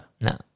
No